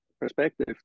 perspective